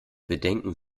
bedenken